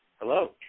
Hello